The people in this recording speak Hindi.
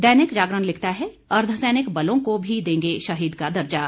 दैनिक जागरण लिखता है अर्द्वसैनिक बलों को भी देंगे शहीद का दर्ज़ा